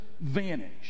vanish